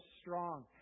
strong